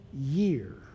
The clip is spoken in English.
year